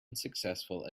unsuccessful